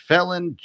Felon